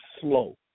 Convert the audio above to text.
slow